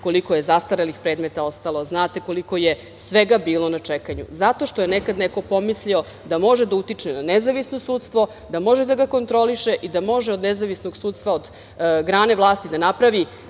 koliko je zastarelih predmeta ostalo, znate koliko je svega bilo na čekanju, zato što je nekada neko pomislio da može da utiče na nezavisno sudstvo, da može da ga kontroliše i da može od nezavisnog sudstva, od grane vlasti da napravi